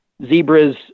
Zebras